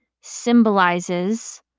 symbolizes